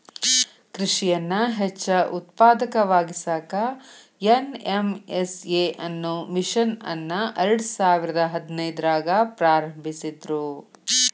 ಕೃಷಿಯನ್ನ ಹೆಚ್ಚ ಉತ್ಪಾದಕವಾಗಿಸಾಕ ಎನ್.ಎಂ.ಎಸ್.ಎ ಅನ್ನೋ ಮಿಷನ್ ಅನ್ನ ಎರ್ಡಸಾವಿರದ ಹದಿನೈದ್ರಾಗ ಪ್ರಾರಂಭಿಸಿದ್ರು